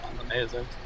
amazing